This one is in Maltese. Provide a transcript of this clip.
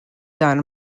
dan